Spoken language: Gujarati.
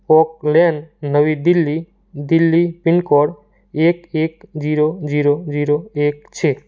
ઓક લેન નવી દિલ્હી દિલ્હી પિનકોડ એક એક ઝીરો ઝીરો ઝીરો એક છે